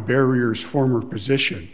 barriers former position